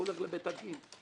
הוא הולך לבית הדין.